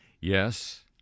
Yes